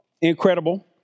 Incredible